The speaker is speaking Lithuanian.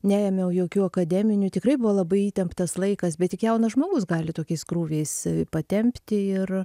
neėmiau jokių akademinių tikrai buvo labai įtemptas laikas bet tik jaunas žmogus gali tokiais krūviais patempti ir